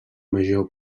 major